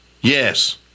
Yes